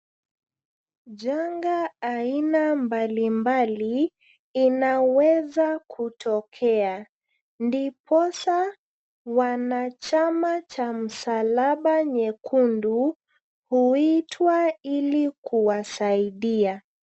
Janga aina mbalimbali inaweza kutokea ndiposa wanachama cha Msalaba Nyekundu huitwa ili kuwasidia.